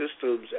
systems